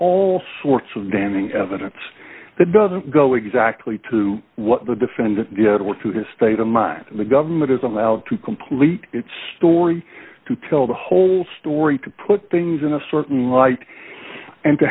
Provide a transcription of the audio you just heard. all sorts of damning evidence that doesn't go exactly to what the defendant or to the state of mind of the government is allowed to complete its story to tell the whole story to put things in a certain light